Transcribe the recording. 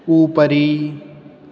उपरि